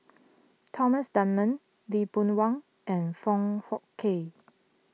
Thomas Dunman Lee Boon Wang and Foong Fook Kay